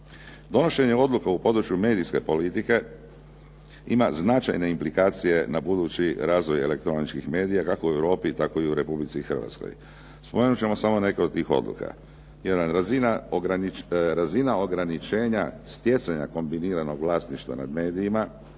Donošenje odluka u području medijske politike ima značajne implikacije na budući razvoj elektroničkih medija, kako u Europi, tako i u Republici Hrvatskoj. Spomenut ćemo samo neke od tih odluka. Jedan, razina ograničenja stjecanja kombiniranog vlasništva nad medijima,